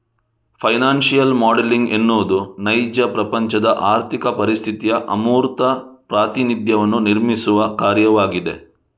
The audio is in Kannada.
ಫೈನಾನ್ಶಿಯಲ್ ಮಾಡೆಲಿಂಗ್ ಎನ್ನುವುದು ನೈಜ ಪ್ರಪಂಚದ ಆರ್ಥಿಕ ಪರಿಸ್ಥಿತಿಯ ಅಮೂರ್ತ ಪ್ರಾತಿನಿಧ್ಯವನ್ನು ನಿರ್ಮಿಸುವ ಕಾರ್ಯವಾಗಿದೆ